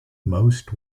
most